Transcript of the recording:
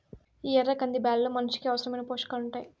ఈ ఎర్ర కంది బ్యాళ్ళలో మనిషికి అవసరమైన పోషకాలు ఉంటాయి